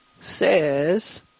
says